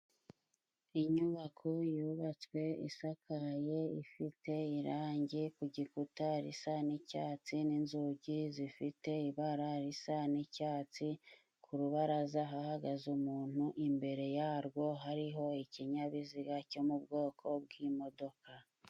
Inyubako yubatswe， isakaye， ifite irangi ku gikuta risa n'icyatsi ，n'inzugi zifite ibara risa n'icyatsi，ku rubarazaa hahagaze umuntu， imbere yarwo hariho ikinyabiziga cyo mu bwoko bw'imodoka.